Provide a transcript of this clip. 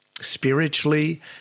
spiritually